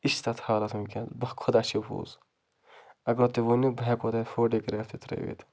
یہِ چھِ تَتھ حالَت وٕنۍکٮ۪ن باخۄدا چھِ یہِ پوٚز اگر تُہۍ ؤنِو بہٕ ہٮ۪کو تۄہہِ فوٹو گرٛیف تہِ ترٛٲوِتھ